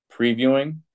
previewing